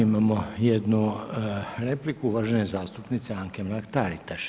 Imamo jednu repliku uvažene zastupnice Anke Mrak Taritaš.